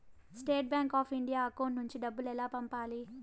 State Bank of India account నుంచి డబ్బులు ఎలా పంపాలి?